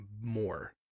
more